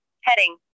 Heading